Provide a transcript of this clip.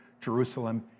Jerusalem